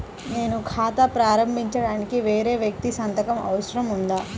నేను ఖాతా ప్రారంభించటానికి వేరే వ్యక్తి సంతకం అవసరం ఉందా?